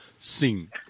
Sing